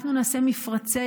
אנחנו נעשה מפרצי